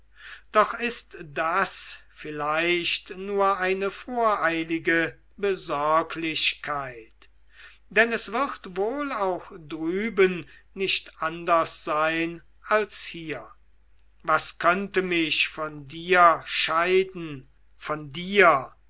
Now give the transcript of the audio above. doch ist das vielleicht nur eine voreilige besorglichkeit denn es wird wohl auch drüben nicht anders sein als hier was könnte mich von dir scheiden von dir